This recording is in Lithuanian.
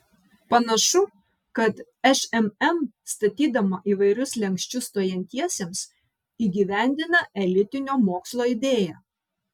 panašu kad šmm statydama įvairius slenksčius stojantiesiems įgyvendina elitinio mokslo idėją